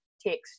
text